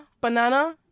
Banana